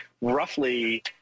roughly